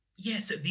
Yes